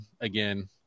again